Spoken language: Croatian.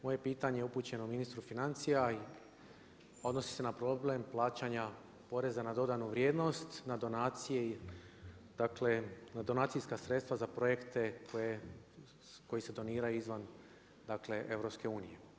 Moje pitanje je upućeno ministru financija i odnosi se na problem plaćanja poreza na dodanu vrijednost, na donacije, dakle na donacijska sredstva za projekte koji se doniraju izvan, dakle EU.